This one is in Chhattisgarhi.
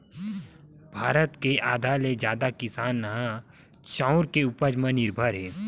भारत के आधा ले जादा किसान ह चाँउर के उपज म निरभर हे